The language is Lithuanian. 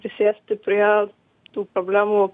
prisėsti prie tų problemų